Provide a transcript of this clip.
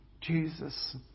Jesus